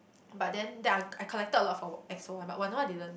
but then that I I collected a lot from Exo lah but Wanna One I didn't